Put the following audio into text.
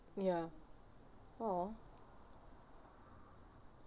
ya !aww!